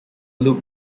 loop